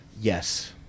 Yes